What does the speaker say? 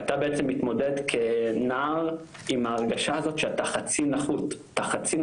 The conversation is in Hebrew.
ואתה בעצם מתמודד כנער עם ההרגשה הזאת שאתה חצי נחות אתה חצי,